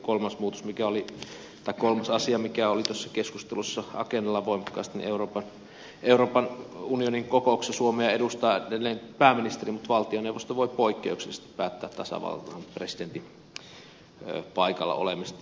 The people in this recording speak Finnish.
kolmas asia mikä oli tuossa keskustelussa agendalla voimakkaasti oli se että euroopan unionin kokouksessa suomea edustaa edelleen pääministeri mutta valtioneuvosto voi poikkeuksellisesti päättää tasavallan presidentin paikalla olemisesta